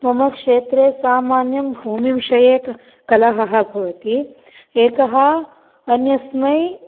मम क्षेत्रे समान्यं भूमीविषये कलहः भवति एकः अन्यस्मै